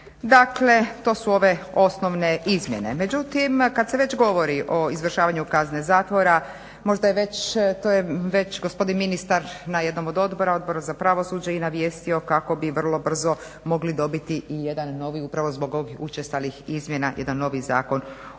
Dakle, to su ove osnovne izmjene. Međutim, kad se već govori o izvršavanju kazne zatvora možda je već, to je već gospodin ministar na jednom od odbora, Odbora za pravosuđe i navijestio kako bi vrlo brzo mogli dobiti i jedan novi, upravo zbog ovih učestalih izmjena jedan novi Zakon